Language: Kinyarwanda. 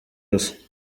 gusa